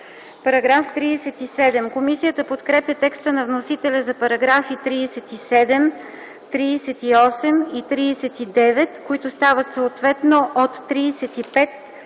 МИХАЙЛОВА: Комисията подкрепя текста на вносителя за параграфи 37, 38 и 39, които стават съответно